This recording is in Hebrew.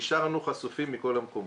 נשארנו חשופים מכל המקומות.